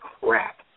crap